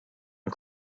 and